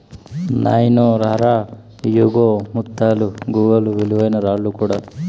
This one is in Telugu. నాయినో రా రా, ఇయ్యిగో ముత్తాలు, గవ్వలు, విలువైన రాళ్ళు కూడా